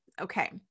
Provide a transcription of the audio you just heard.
Okay